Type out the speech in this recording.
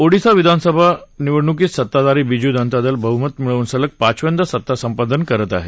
ओदिशा विधानसभा निवडणुकीत सत्ताधारी बीजू जनता दल बहुमत मिळवून सलग पाचव्यांदा सत्ता संपादन करत आहे